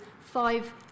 five